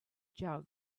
jug